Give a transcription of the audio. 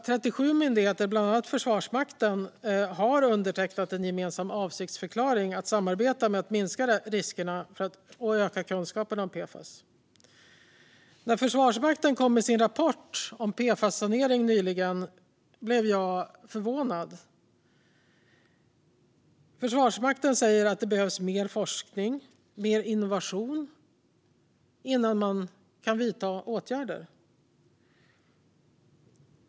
37 myndigheter, bland annat Försvarsmakten, har undertecknat en gemensam avsiktsförklaring om att samarbeta för att minska riskerna och öka kunskaperna om PFAS. När Försvarsmakten nyligen kom med sin rapport om PFAS-sanering blev jag förvånad. Man säger där att det behövs mer forskning och mer innovation innan man kan vidta åtgärder.